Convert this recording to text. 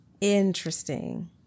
Interesting